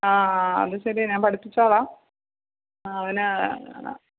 ആ അത് ശെരിയാണ് ഞാൻ പഠിപ്പിച്ചോളാം അവന്